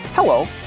Hello